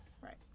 right